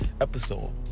episode